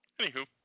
anywho